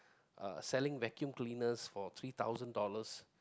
selling vacuum cleaners for three thousand dollars